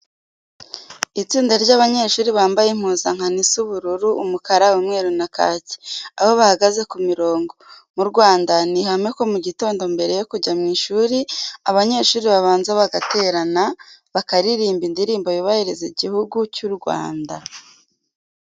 Itsinda ry'abanyeshuri bambaye impuzankano isa ubururu, umukara, umweru na kake, aho bahagaze ku mirongo. Mu Rwanda ni ihame ko mu gitondo mbere yo kujya mu ishuri abanyeshuri babanza bagaterana, bakaririmba indirimbo yubahiriza igihugu cy'u Rwanda.